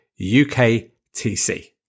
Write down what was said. UKTC